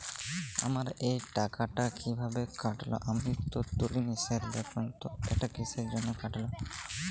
আমার এই টাকাটা কীভাবে কাটল আমি তো তুলিনি স্যার দেখুন তো এটা কিসের জন্য কাটল?